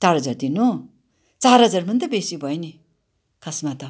चार हजार दिनु चार हजार पनि त बेसी भयो नि खासमा त